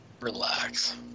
relax